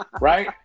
Right